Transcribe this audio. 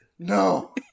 no